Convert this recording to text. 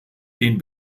den